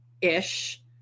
ish